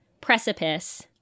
precipice